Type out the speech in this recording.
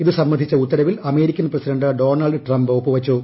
ഇതു സംബന്ധിച്ച ഉത്തരവിൽ അമേരിക്കൻ പ്രസിഡന്റ് ഡോണൾഡ് ട്രംപ് ഒപ്പുവച്ചു